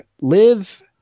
live